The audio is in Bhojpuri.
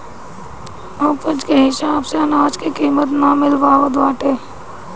उपज के हिसाब से अनाज के कीमत ना मिल पावत बाटे